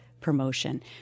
promotion